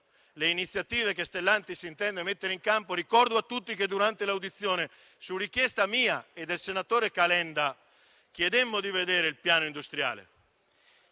le iniziative che intende mettere in campo. Ricordo a tutti che durante l'audizione, su richiesta mia e del senatore Calenda, chiedemmo di vedere il piano industriale